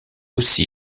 aussi